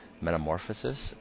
metamorphosis